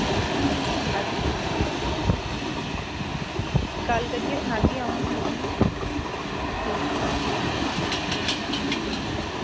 अच्छा गल्ल करियै सनागी अंऊ तुसेंगी ठीक ऐ ठीक ऐ